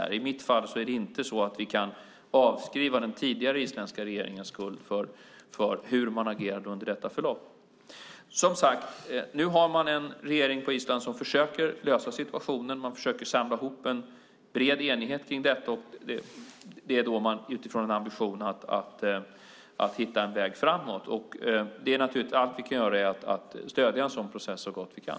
I mitt fall är det inte så att vi kan avskriva den tidigare isländska regeringens skuld för hur man agerade under detta förlopp. Nu har man på Island en regering som försöker lösa situationen. Man försöker att samla ihop en bred enighet kring detta utifrån en ambition att hitta en väg framåt. Allt vi kan göra är att stödja en sådan process så gott vi kan.